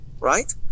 right